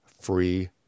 free